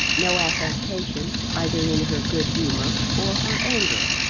no affectation either in her good humour or her anger,